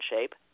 shape